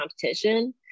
competition